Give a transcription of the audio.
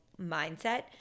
mindset